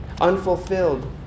unfulfilled